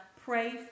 pray